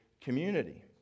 community